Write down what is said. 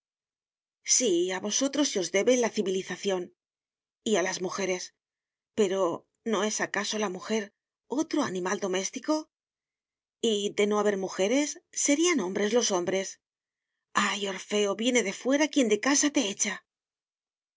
sí a vosotros se os debe la civilización y a las mujeres pero no es acaso la mujer otro animal doméstico y de no haber mujeres serían hombres los hombres ay orfeo viene de fuera quien de casa te echa